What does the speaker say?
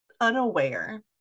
unaware